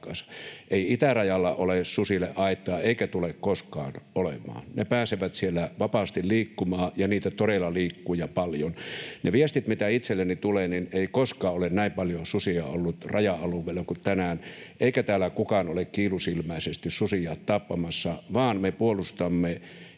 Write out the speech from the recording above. Ei itärajalla ole susille aitaa eikä tule koskaan olemaan. Ne pääsevät siellä vapaasti liikkumaan ja niitä todella liikkuu ja paljon. Niiden viestien mukaan, mitä itselleni tulee, ei ole koskaan ollut näin paljon susia raja-alueilla kuin tänään. Eikä täällä kukaan ole kiilusilmäisesti susia tappamassa, vaan me puolustamme